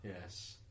yes